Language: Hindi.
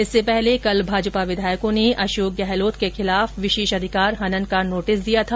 इससे पहले कल भाजपा विधायकों ने अशोक गहलोत के खिलाफ विशेषाधिकार हनन का नोटिस दिया था